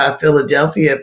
Philadelphia